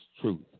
truth